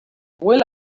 will